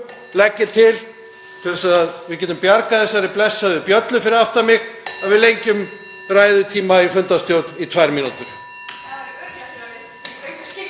legg ég til — til þess að við getum bjargað þessari blessuðu bjöllu fyrir aftan mig — að við lengjum ræðutíma í fundarstjórn í tvær mínútur.